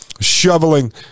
shoveling